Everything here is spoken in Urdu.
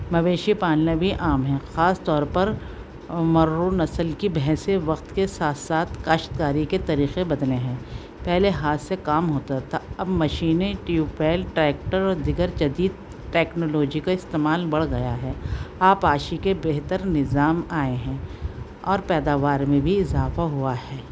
مویشی پالنا بھی عام ہیں خاص طور پر مرو نسل کی بھینسیں وقت کے ساتھ ساتھ کاشتکاری کے طریقے بدلے ہیں پہلے ہاتھ سے کام ہوتا تھا اب مشینیں ٹیوب ویل ٹریکٹر و دیگر جدید ٹیکنالوجی کا استعمال بڑھ گیا ہے آبپاشی کے بہتر نظام آئے ہیں اور پیداوار میں بھی اضافہ ہوا ہے